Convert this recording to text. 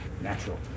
natural